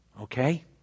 Okay